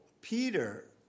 Peter